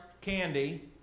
candy